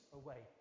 away